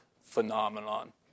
phenomenon